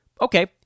okay